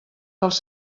dels